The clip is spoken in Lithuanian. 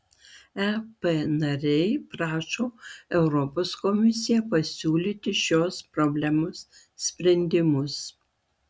ep nariai prašo europos komisiją pasiūlyti šios problemos sprendimus